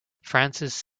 frances